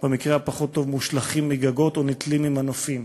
ובמקרה הפחות-טוב מושלכים מגגות או נתלים ממנופים,